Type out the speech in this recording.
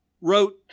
wrote